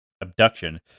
abduction